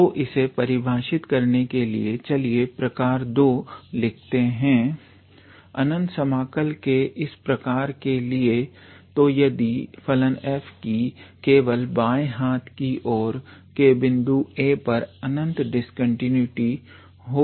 तो इसे परिभाषित करने के लिए चलिए प्रकार II लिखते हैं अनंत समाकल के इस प्रकार के लिए तो यदि फलन f की केवल बाँये हाथ की और के बिंदु a पर अनंत डिस्कंटीन्यूटी हो